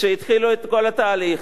כשהתחילו את כל התהליך.